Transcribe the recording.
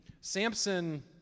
Samson